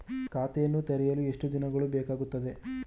ಖಾತೆಯನ್ನು ತೆರೆಯಲು ಎಷ್ಟು ದಿನಗಳು ಬೇಕಾಗುತ್ತದೆ?